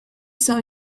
saw